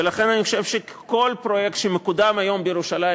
ולכן אני חושב שכל פרויקט שמקודם היום בירושלים,